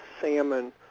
salmon